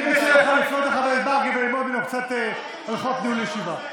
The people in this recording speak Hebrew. אני מציע לך לפנות לחבר הכנסת מרגי וללמוד ממנו קצת הלכות ניהול ישיבה.